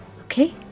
Okay